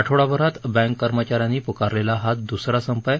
आठवडाभरात बँक कर्मचाऱ्यांनी पुकारलेला हा दुसरा संप आहे